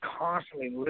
constantly